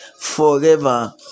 forever